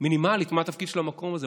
מינימלית של התפקיד של המקום הזה,